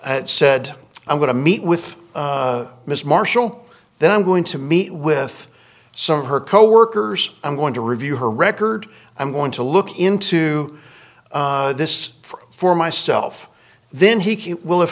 said i'm going to meet with mr marshall then i'm going to meet with some of her coworkers i'm going to review her record i'm going to look into this for for myself then he will have